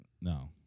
No